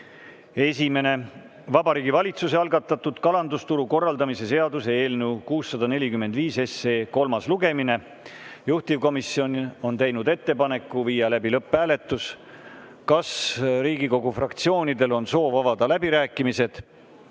Esimene: Vabariigi Valitsuse algatatud kalandusturu korraldamise seaduse eelnõu 645 kolmas lugemine. Juhtivkomisjon on teinud ettepaneku viia läbi lõpphääletus. Kas Riigikogu fraktsioonidel on soov avada läbirääkimised?